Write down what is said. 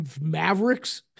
Mavericks